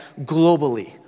globally